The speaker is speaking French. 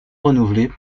renouvelée